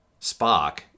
Spock